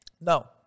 No